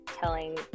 telling